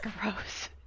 gross